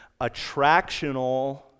attractional